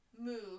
move